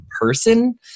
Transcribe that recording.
person